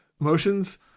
emotions